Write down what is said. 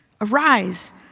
Arise